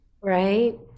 Right